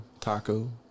taco